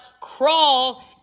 crawl